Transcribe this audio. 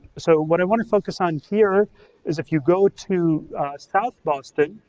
so what i wanna focus on here is if you go to south boston,